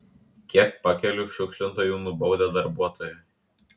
kiek pakelių šiukšlintojų nubaudė darbuotojai